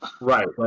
Right